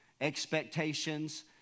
expectations